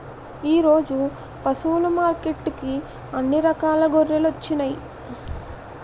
ఈరోజు పశువులు మార్కెట్టుకి అన్ని రకాల గొర్రెలొచ్చినాయ్